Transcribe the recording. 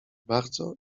bardzo